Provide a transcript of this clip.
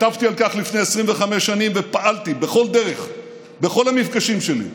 כתבתי על כך לפני 25 שנים ופעלתי בכל דרך בכל המפגשים שלי,